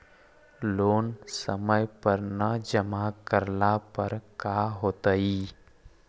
Loan समय पर न जमा करला पर का होतइ?